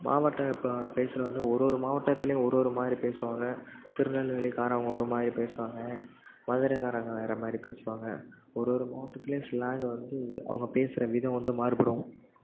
மாவட்ட இப்போ பேசுகிறது வந்து ஒருவொரு மாவட்டத்துலையும் ஒரு ஒருமாதிரி பேசுவாங்க திருநெல்வேலிக்காரவங்க ஒருமாதிரி பேசுவாங்க மதுரக்காரவங்க வேறமாதிரி பேசுவாங்க ஒரு ஒரு மாவட்டத்திலையும் ஸ்லாங்க் வந்து அவங்க பேசுகிற விதம் வந்து மாறுபடும்